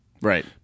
Right